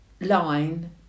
line